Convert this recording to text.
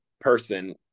person